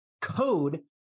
code